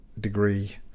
degree